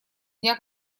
дня